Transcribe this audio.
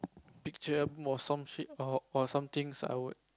picture or some shit or some things I would